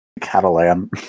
Catalan